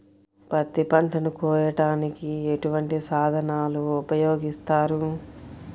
పత్తి పంటను కోయటానికి ఎటువంటి సాధనలు ఉపయోగిస్తారు?